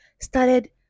started